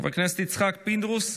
חבר הכנסת יצחק פינדרוס,